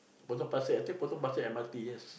Potong Pasir I think Potong Pasir M_R_T yes